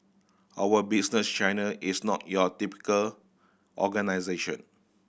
our Business China is not your typical organisation